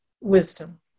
wisdom